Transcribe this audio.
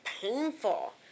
painful